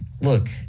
Look